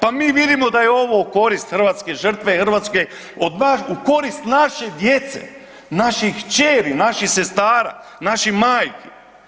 Pa mi vidimo da je ovo u korist hrvatske žrtve i hrvatske, u korist naše djece, naših kćeri, naših sestara, naših majki.